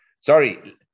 Sorry